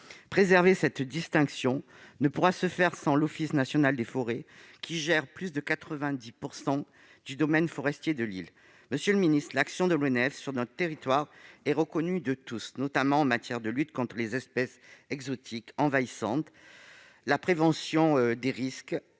de cette distinction ne pourra se faire sans le concours de l'Office national des forêts, qui gère plus de 90 % du domaine forestier de l'île. Monsieur le ministre, l'action de l'ONF sur notre territoire est reconnue de tous, notamment en matière de lutte contre les espèces exotiques envahissantes, de prévention des risques